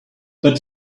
but